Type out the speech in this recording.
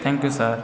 thank you sir